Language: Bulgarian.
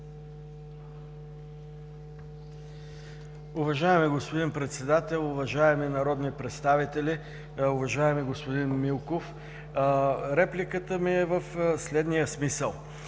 Уважаеми господин Председател, уважаеми народни представители, уважаеми господин Попов! Репликата ми е всъщност